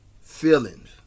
feelings